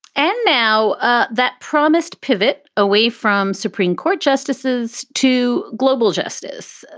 and now ah that promised pivot away from supreme court justices to global justice,